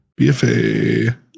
BFA